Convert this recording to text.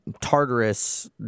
Tartarus